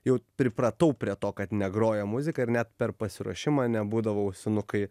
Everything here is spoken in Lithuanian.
jau pripratau prie to kad negroja muzika ir net per pasiruošimą nebūdavau ausinukai